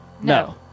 No